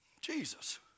Jesus